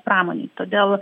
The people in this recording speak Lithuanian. pramonei todėl